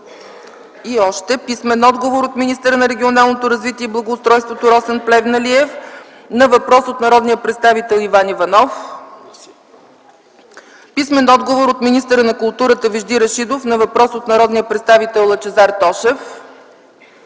Иван Иванов; - от министъра на регионалното развитие и благоустройството Росен Плевнелиев на въпрос от народния представител Иван Иванов; - от министъра на културата Вежди Рашидов на въпрос от народния представител Лъчезар Тошев;